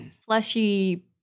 fleshy